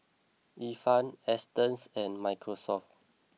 Ifan Astons and Microsoft